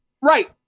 right